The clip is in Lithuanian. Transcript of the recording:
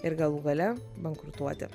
ir galų gale bankrutuoti